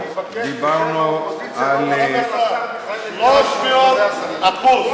דיברנו, דיברנו, 300%. רוברט,